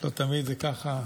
לא תמיד זה ככה.